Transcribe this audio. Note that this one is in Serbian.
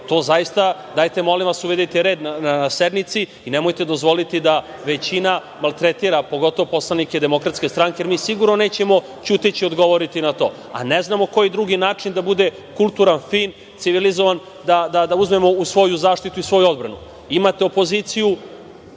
Zaista, molim vas, uvedite red na sednici i nemojte dozvoliti da većina maltretira pogotovo poslanike DS-a, jer mi sigurno nećemo ćuteći odgovoriti na to, a ne znamo koji drugi način da bude kulturan, fin, civilizovan da uzmemo u svoju zaštitu i svoju odbranu. Imate opoziciju,